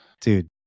Dude